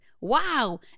Wow